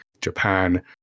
Japan